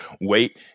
wait